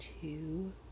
two